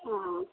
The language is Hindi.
हाँ